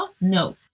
no